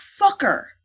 fucker